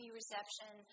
reception